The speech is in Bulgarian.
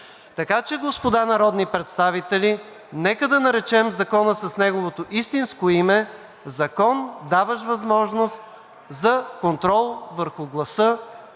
Така че, господа народни представители, нека да наречем закона с неговото истинско име: „Закон, даващ възможност за контрол върху гласа